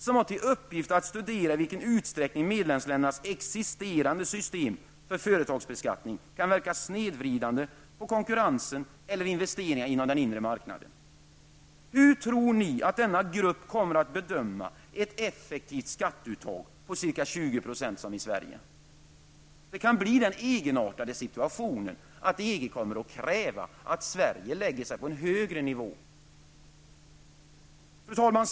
Gruppen fick i uppgift att studera i vilken utsträckning medlemsländernas existerande system för företagsbeskattning kan inverka snedvridande på konkurrensen eller på investeringarna inom den inre marknaden. Hur tror ni att denna grupp kommer att bedöma ett effektivt skatteuttag om ca 20 % som det i Sverige? Vi kan ju hamna i den egenartade situationen att EG kräver att Sverige skall lägga sig på en högre nivå. Fru talman!